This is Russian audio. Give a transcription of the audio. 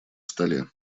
столе